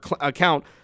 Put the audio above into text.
account